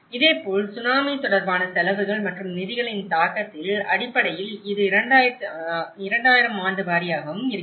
இதேபோல் சுனாமி தொடர்பான செலவுகள் மற்றும் நிதிகளின் தாக்கத்தின் அடிப்படையில் இது 2000 ஆண்டு வாரியாகவும் இருக்கிறது